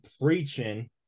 preaching